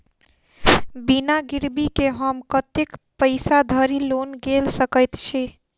बिना गिरबी केँ हम कतेक पैसा धरि लोन गेल सकैत छी?